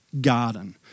garden